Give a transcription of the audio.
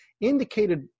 indicated